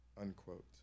Unquote